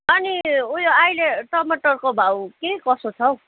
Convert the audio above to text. अनि उयो अहिले टमाटरको भाउ के कसो छ हौ